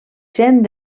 sent